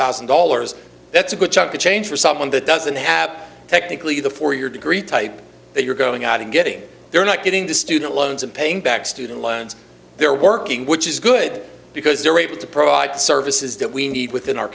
thousand dollars that's a good chunk of change for someone that doesn't have technically the four year degree type that you're going out and getting they're not getting the student loans and paying back student loans they're working which is good because they're able to provide services that we need within our